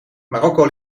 marokko